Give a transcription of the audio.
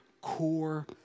core